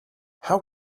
how